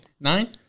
Nine